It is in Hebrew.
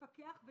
לפקח.